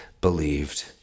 believed